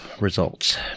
results